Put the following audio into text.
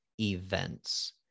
events